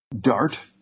Dart